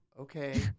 okay